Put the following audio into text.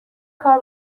کار